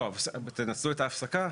לא, תנצלו את ההפסקה.